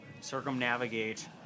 circumnavigate